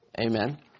Amen